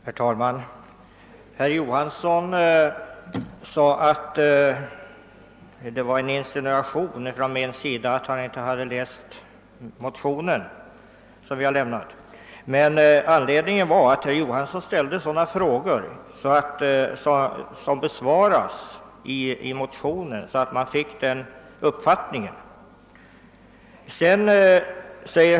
Herr talman! Herr Johansson i Trollhättan ansåg att det var en insinuation av mig att säga att han inte hade läst den motion som vi har väckt. Herr Johansson ställde emellertid på ett sådant sätt frågor som besvaras i motio nen, att man fick uppfattningen att han inte hade läst den.